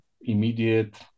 immediate